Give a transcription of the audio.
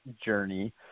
journey